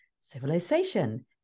civilization